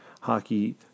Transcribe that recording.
hockey